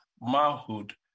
manhood